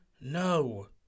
No